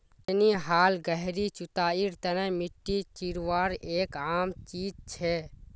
छेनी हाल गहरी जुताईर तने मिट्टी चीरवार एक आम चीज छे